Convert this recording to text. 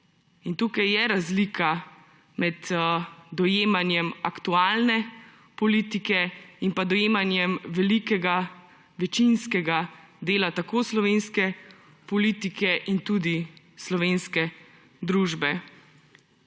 tukaj je razlika med dojemanjem aktualne politike in dojemanjem večinskega dela tako slovenske politike kot tudi slovenske družbe.